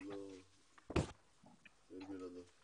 אני חושב שנעשה פה משהו שלא נעשה הרבה מאוד זמן,